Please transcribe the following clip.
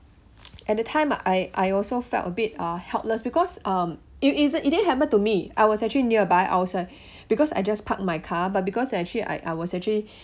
at the time I I also felt a bit uh helpless because um it isn't it didn't happen to me I was actually nearby I was at because I just park my car but because actually I I was actually